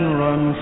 run